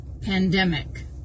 pandemic